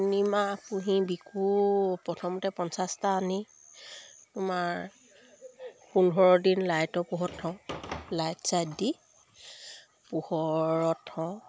তিনিমাহ পুহি বিকো প্ৰথমতে পঞ্চাছটা আনি তোমাৰ পোন্ধৰ দিন লাইটৰ পোহৰত থওঁ লাইট ছাইট দি পোহৰত থওঁ